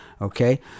Okay